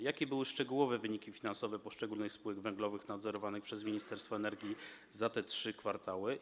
Jakie były szczegółowe wyniki finansowe poszczególnych spółek węglowych nadzorowanych przez Ministerstwo Energii za te 3 kwartały?